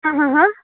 ہاں ہاں ہاں